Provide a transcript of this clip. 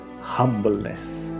humbleness